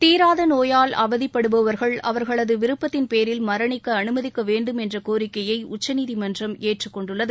தீராத நோயால் அவதிப்படுபவர்கள் அவர்களது விருப்பத்தின் பேரில் மரணிக்க அனுமதிக்க வேண்டும் என்ற கோரிக்கையை உச்சநீதிமன்றம் ஏற்றுக் கொண்டுள்ளது